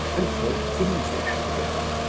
and talked english together.